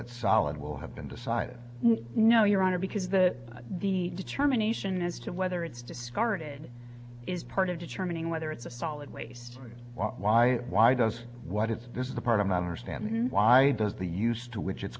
it's solid will have been decided you know your honor because that the determination as to whether it's discarded is part of determining whether it's a solid waste why why why does what it's this is the part i'm not understanding why does the use to which i